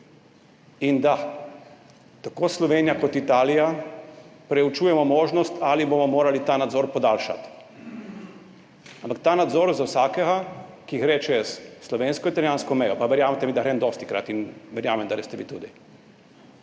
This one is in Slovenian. in da tako Slovenija kot Italija preučujemo možnost, ali bomo morali ta nadzor podaljšati. Ampak ta nadzor za vsakega, ki gre čez slovensko-italijansko mejo, pa verjemite mi, da grem dostikrat in verjamem, da greste vi tudi,